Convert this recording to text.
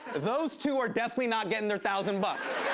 those two are definitely not getting their thousand bucks.